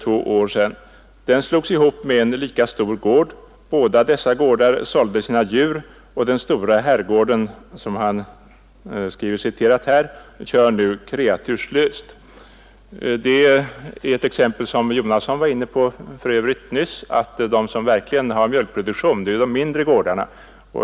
Gården slogs ihop med en lika stor gård. Båda dessa gårdar sålde sina djur, och den stora herrgården, som han skriver, kör nu kreaturslöst. Det är, som herr Jonasson var inne på alldeles nyss, ett exempel på att de som i första hand har mjölkproduktion kvar är de mindre gårdarna.